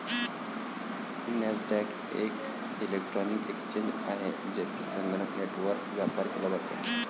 Nasdaq एक electronic exchange आहे, जेथे संगणक नेटवर्कवर व्यापार केला जातो